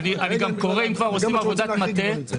אני חושב שכל מילה נוספת מיותרת,